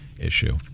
issue